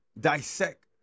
dissect